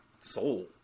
soul